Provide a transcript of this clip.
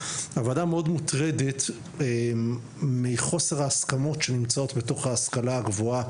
הוועדה מאוד מוטרדת מחוסר ההסכמות שנמצאות בתוך ההשכלה הגבוהה,